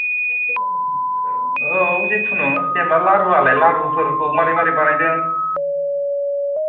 औ जिखुनु जेन'बा लारुवालाय लारुफोरखौ मारै मारै बानायदों